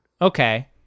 okay